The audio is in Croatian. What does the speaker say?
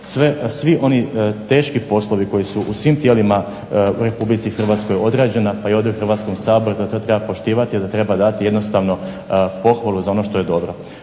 svi oni teški poslovi koji su u svim tijelima u Republici Hrvatskoj odrađena, pa i ovdje u Hrvatskom saboru, da to treba poštivati, da treba dati jednostavno pohvalu za ono što je dobro.